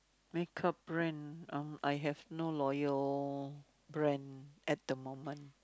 makeup brand I have no loyal brand at the moment